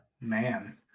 man